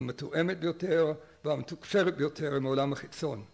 המתואמת ביותר והמתוקשרת ביותר בעולם החיצון